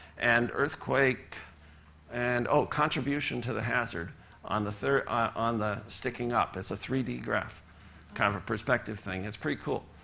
and earthquake and oh, contribution to the hazard on the third on the sticking up. it's a three d graph kind of a perspective thing. it's pretty cool.